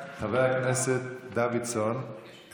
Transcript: חבר הכנסת דוידסון,